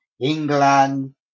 England